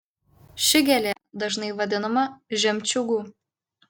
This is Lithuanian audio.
ši gėlė dažnai vadinama žemčiūgu